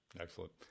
Excellent